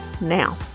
now